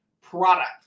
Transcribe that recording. product